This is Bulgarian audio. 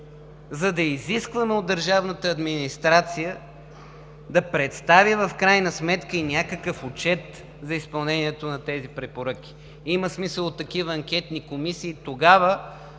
за да изискваме от държавната администрация да представи в крайна сметка и някакъв отчет за изпълнението на тези препоръки. Има смисъл от такива анкетни комисии тогава,